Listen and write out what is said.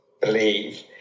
believe